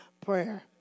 prayer